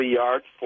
yards